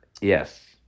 yes